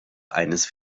eines